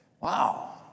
Wow